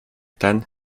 ten